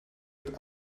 het